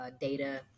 data